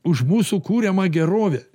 už mūsų kuriamą gerovę